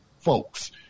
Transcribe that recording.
folks